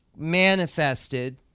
manifested